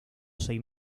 seis